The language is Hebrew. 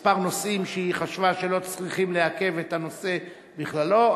כמה נושאים שהיא חשבה שלא צריכים לעכב את הנושא בכללו,